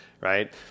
Right